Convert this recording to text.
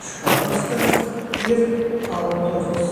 iškauskas ir autorius